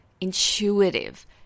intuitive